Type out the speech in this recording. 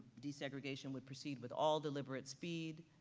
desegregation would proceed with all deliberate speed,